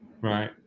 Right